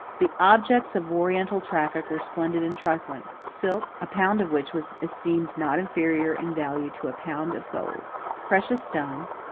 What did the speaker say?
the objects of oriental traffic were splendid and trifling silk, a pound of which was esteemed not inferior in value to a pound of gold precious stones,